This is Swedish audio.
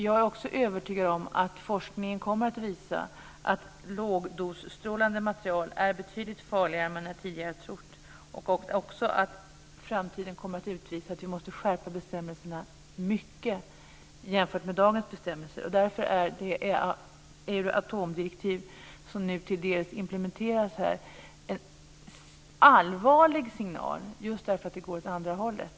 Jag är också övertygad om att forskningen kommer att visa att lågdosstrålande material är betydligt farligare än vad man tidigare har trott. Framtiden kommer att utvisa att bestämmelserna måste skärpas mycket jämfört med dagens bestämmelser. Därför är det euroatomdirektiv som nu till vissa delar implementeras här en allvarlig signal just därför att utvecklingen går åt andra hållet.